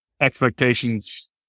expectations